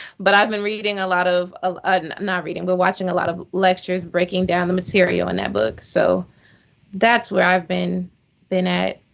but i've been reading a lot of ah and not reading, but watching a lot of lectures, breaking down the material in that book. so that's where i've been been at.